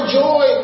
joy